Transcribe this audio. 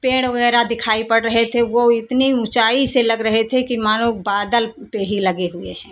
पेड़ वगैरह दिखाई पड़ रहे थे वो इतनी ऊंचाई से लग रहे थे कि मानो बादल पे ही लगे हुए हैं